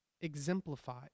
exemplify